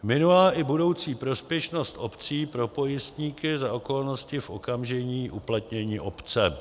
a) minulá i budoucí prospěšnost opcí pro pojistníky za okolností v okamžiku uplatnění opce;